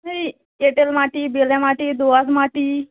এই এঁটেল মাটি বেলে মাটি দোআঁশ মাটি